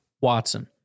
Watson